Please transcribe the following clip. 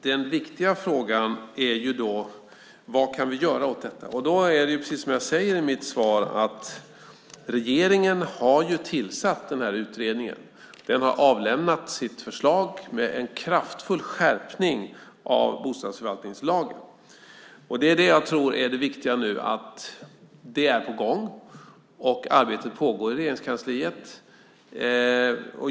Den viktiga frågan blir då: Vad kan vi göra åt detta? Precis som jag säger i mitt svar tillsatte regeringen en utredning. Den har avlämnat sitt förslag om en kraftfull skärpning av bostadsförvaltningslagen. Det är på gång; arbetet pågår i Regeringskansliet.